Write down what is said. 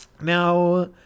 Now